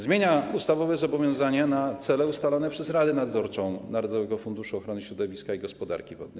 Zmienia się ustawowe zobowiązania na cele ustalone przez Radę Nadzorczą Narodowego Funduszu Ochrony Środowiska i Gospodarki Wodnej.